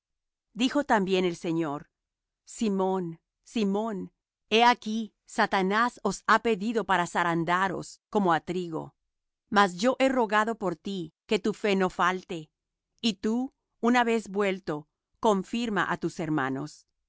dijo también el señor simón simón he aquí satanás os ha pedido para zarandaros como á trigo mas yo he rogado por ti que tu fe no falte y tú una vez vuelto confirma á tus hermanos